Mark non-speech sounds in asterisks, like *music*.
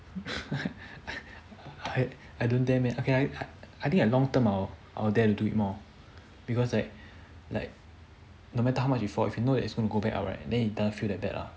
*laughs* I I don't dare man okay I think I long term I'll dare to do it more because like like no matter how much you fall if you know that it's gonna go back up right then it doesn't feel that bad ah